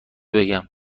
بگم